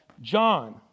John